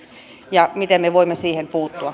ja miten me voimme siihen puuttua